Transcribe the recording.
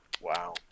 Wow